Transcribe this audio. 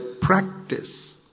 practice